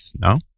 no